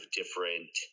different